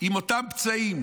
עם אותם פצעים